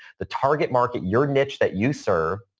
the target market, your niche that you serve,